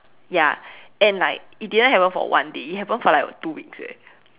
ya and like it didn't happen for one day it happened for like two weeks eh